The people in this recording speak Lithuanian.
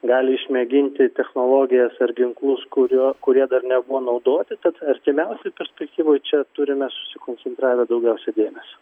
gali išmėginti technologijas ar ginklus kurio kurie dar nebuvo naudoti tad artimiausioj perspektyvoj čia turime susikoncentravę daugiausia dėmesio